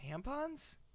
tampons